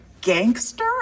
gangster